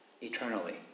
eternally